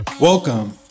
Welcome